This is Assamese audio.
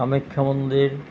কামাখ্যা মন্দিৰ